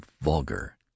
vulgar